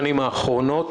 האחרונות,